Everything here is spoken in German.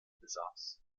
besaß